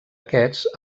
aquests